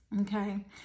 Okay